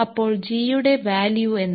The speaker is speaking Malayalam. അപ്പോൾ g യുടെ വാല്യൂ എന്താണ്